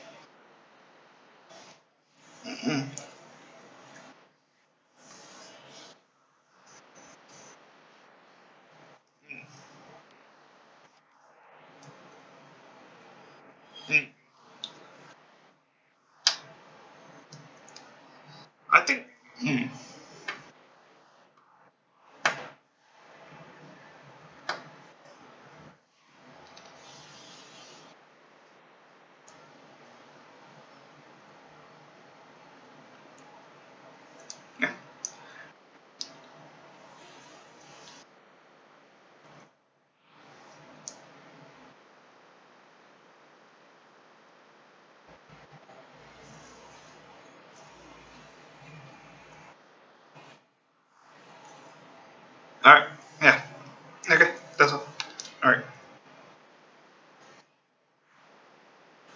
mmhmm mm I think mm ya alright ya okay that's all alright